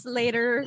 later